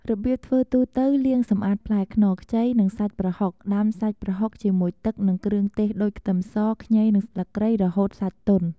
របៀបធ្វើទូទៅ លាងសម្អាតផ្លែខ្នុរខ្ចី និងសាច់ប្រហុក ដាំសាច់ប្រហុកជាមួយទឹក និងគ្រឿងទេសដូចខ្ទឹមស ខ្ញី និងស្លឹកគ្រៃ រហូតសាច់ទន់។